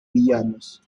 villanos